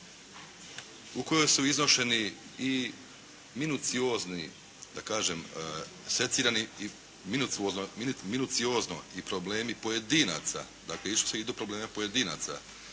u kojoj su iznošeni i minuciozni, da kažem secirani i minuciozno i problemi pojedinaca dakle … /Govornik se ne razumije./ … probleme pojedinaca